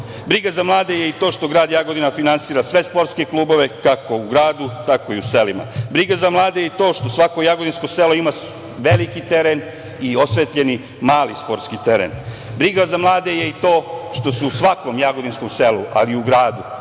za mlade je i to što grad Jagodina finansira sve sportske klubove kako u gradu, tako i u selima. Briga za mlade je i to što svako jagodinsko selo ima veliki teren i osvetljeni mali sportski teren. Briga za mlade je i to što se u svakom jagodinskom selu, ali i u gradu,